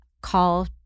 call